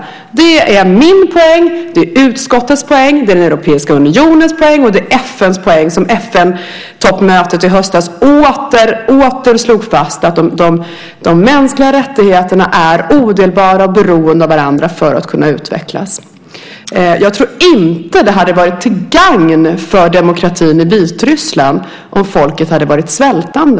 Det är min poäng, det är utskottets poäng, det är Europeiska unionens poäng och det är FN:s poäng. FN-toppmötet i höstas slog återigen fast att de mänskliga rättigheterna är odelbara och beroende av varandra för att kunna utvecklas. Jag tror inte att det hade varit till gagn för demokratin i Vitryssland om folket varit svältande.